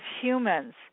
humans